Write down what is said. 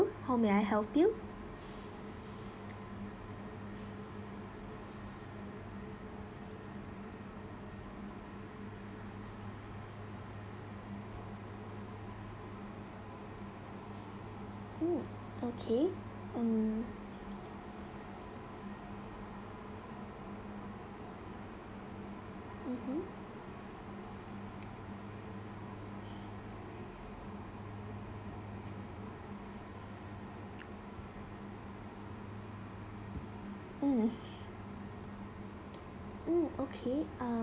how may I help you mm okay um mmhmm mm mm okay um